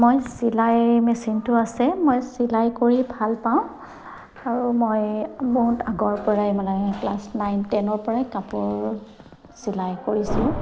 মই চিলাই মেচিনটো আছে মই চিলাই কৰি ভাল পাওঁ আৰু মই বহুত আগৰ পৰাই মানে ক্লাছ নাইন টেনৰ পৰাই কাপোৰ চিলাই কৰিছিলোঁ